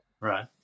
right